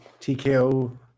TKO